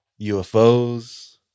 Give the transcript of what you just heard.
ufos